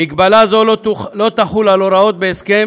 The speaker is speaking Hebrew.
מגבלה זו לא תחול על הוראות בהסכם